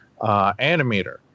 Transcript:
animator